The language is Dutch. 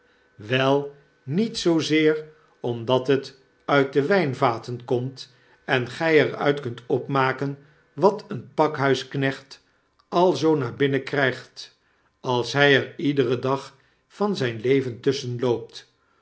wel niet zoozeer omdat het uit de wynvaten komt en gij er uit kunt opmaken wat een pakhuisknecht al zoo naar binnen krygt als hy er iederen dag van zyn leven tusschen loopt